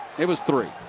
it was three.